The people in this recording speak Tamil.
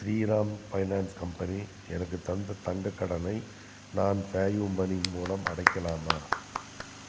ஸ்ரீராம் ஃபைனான்ஸ் கம்பெனி எனக்கு தந்த தங்கக்கடனை நான் பேயூமனி மூலம் அடைக்கலாமா